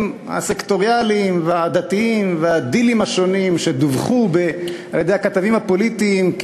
הסקטוריאליים והעדתיים והדילים השונים שדווחו על-ידי הכתבים הפוליטיים,